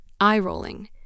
eye-rolling